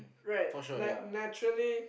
right like naturally